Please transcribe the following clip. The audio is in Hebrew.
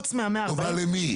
טובה למי?